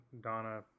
Donna